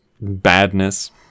badness